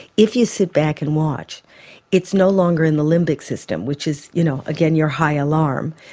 if you sit back and watch it's no longer in the limbic system which is you know again your high alarm,